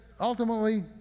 ultimately